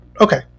Okay